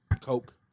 coke